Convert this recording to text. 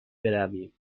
برویم